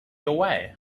away